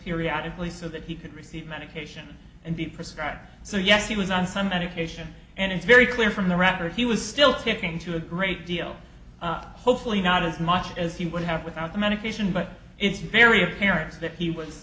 periodically so that he could receive medication and be prescribed so yes he was on some medication and it's very clear from the record he was still taking to a great deal hopefully not as much as he would have without the medication but it's very apparent that he was